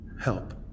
Help